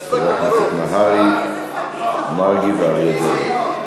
אחריו, חברי הכנסת נהרי, מרגי ואריה דרעי.